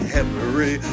Henry